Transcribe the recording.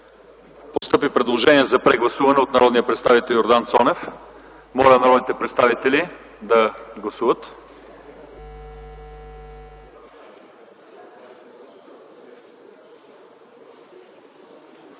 Постъпи предложение за прегласуване от народния представител Йордан Цонев. Моля народните представители да гласуват.